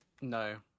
No